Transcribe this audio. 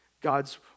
God's